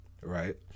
right